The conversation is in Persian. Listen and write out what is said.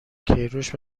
کیروش